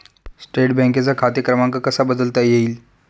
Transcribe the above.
State बँकेचा खाते क्रमांक कसा बदलता येईल?